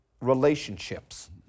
relationships